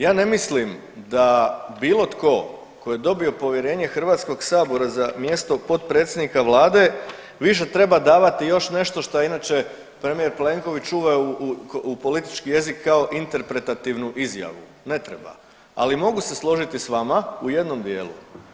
Ja ne mislim da bilo tko ko je dobio povjerenje HS za mjesto potpredsjednika vlade više treba davati još nešto što je inače premijer Plenković uveo u politički jezik kao interpretativnu izjavu, ne treba, ali se mogu složiti s vama u jednom dijelu.